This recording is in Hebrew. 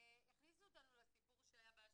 הכניסו אותנו לסיפור שהיה באשדוד.